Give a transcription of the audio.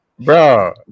Bro